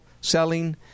selling